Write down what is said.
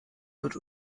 wird